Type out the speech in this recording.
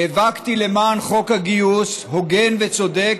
נאבקתי למען חוק גיוס הוגן וצודק